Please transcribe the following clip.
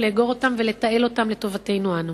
לאגור אותם ולתעל אותם לטובתנו אנו.